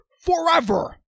forever